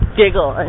giggle